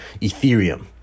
Ethereum